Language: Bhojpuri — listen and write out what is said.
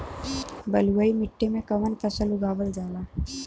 बलुई मिट्टी में कवन फसल उगावल जाला?